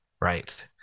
right